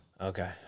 Okay